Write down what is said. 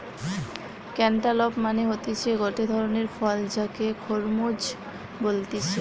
cantaloupe মানে হতিছে গটে ধরণের ফল যাকে খরমুজ বলতিছে